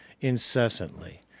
incessantly